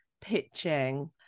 pitching